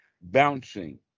bouncing